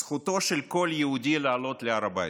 זכותו של כל יהודי לעלות להר הבית.